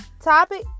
topic